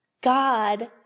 God